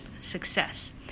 success